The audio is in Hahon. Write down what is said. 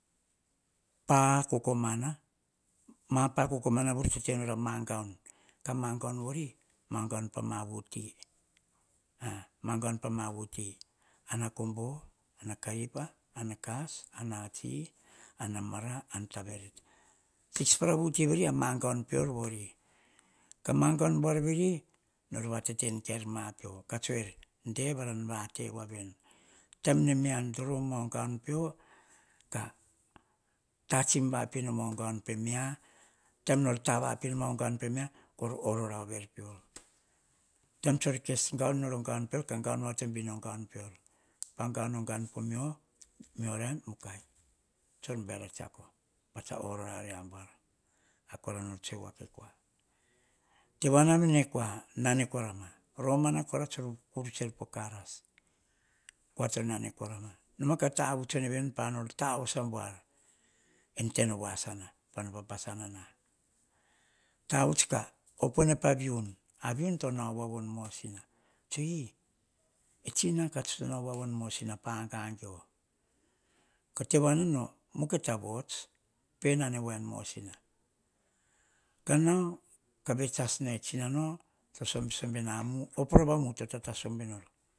Pa kokomana ma pakokomana vori a magaun pama vuti, a magaun pama vuti. Anta verete six para vuti veri a magaun pior vori ka magaun buar veri nor vateten kair po mapeo de varan vate vuaveni taim ne mia droun mo gaun pio ka tatsim vapino mo gaun pe mea, taim no tavapino mo gaun pe mia kor orora over pio. Taim tsor kes gaun nor o gaun peor ka gaun vatombin gaun pior pa gaun or gaun po mo rain mukai ar tsor bair a tsiako patsa orora riambuar ar kora nor tsue wakekua. Tewana veni ne koa nane korama romana kora tsor kuruts er po karas kua to nane koranoma ka tavuts uene pa ar nor tavoso a buar en tenowasana pano papasa nana tavuts ka opuene pa viun to nao wavoni en mosina ka tsue ei tsina kats to nao wavoni en mosina kanao wets as no tsinano, sombe sombe na mu op rova mu to tatasombe sombe nor